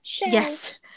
Yes